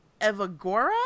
Evagora